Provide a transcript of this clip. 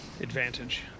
advantage